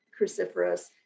cruciferous